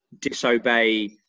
disobey